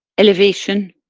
elevation